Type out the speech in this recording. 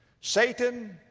satan,